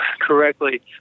correctly